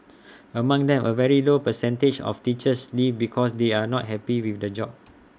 among them A very low percentage of teachers leave because they are not happy with the job